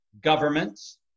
governments